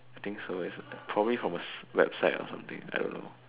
I think so it's probably from like website or something I don't know